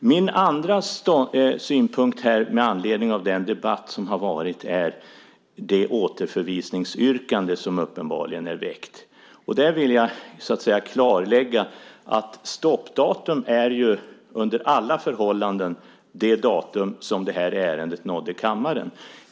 Min andra synpunkt med anledning av den debatt som har varit gäller det återförvisningsyrkande som uppenbarligen är väckt. Där vill jag klarlägga att stoppdatum är under alla förhållanden det datum då det här ärendet nådde kammaren.